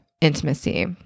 intimacy